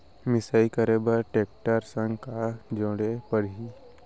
मिसाई करे बर टेकटर संग का जोड़े पड़ही?